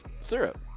syrup